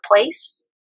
place